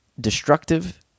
destructive